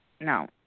No